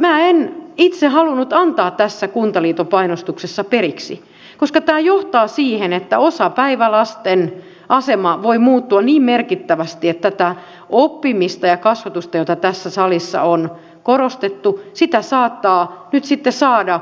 minä en itse halunnut antaa tässä kuntaliiton painostuksessa periksi koska tämä johtaa siihen että osapäivälasten asema voi muuttua niin merkittävästi että tätä oppimista ja kasvatusta jota tässä salissa on korostettu saattaa sitten saada